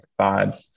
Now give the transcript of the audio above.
vibes